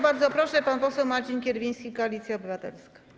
Bardzo proszę, pan poseł Marcin Kierwiński, Koalicja Obywatelska.